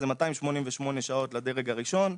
זה 288 שעות לדרג הראשון,